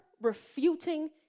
refuting